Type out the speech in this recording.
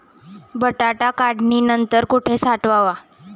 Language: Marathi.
बटाटा काढणी नंतर कुठे साठवावा?